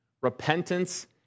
Repentance